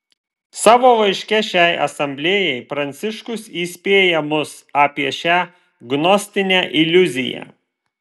savo laiške šiai asamblėjai pranciškus įspėja mus apie šią gnostinę iliuziją